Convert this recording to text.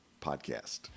Podcast